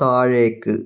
താഴേക്ക്